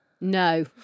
No